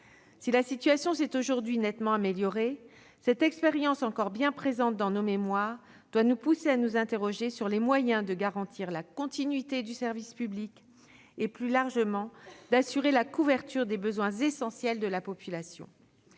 Si la situation s'est aujourd'hui nettement améliorée, cette expérience encore bien présente dans nos mémoires doit nous pousser à nous interroger sur les moyens de garantir la continuité du service public et, plus largement, d'assurer la couverture des besoins essentiels de la population.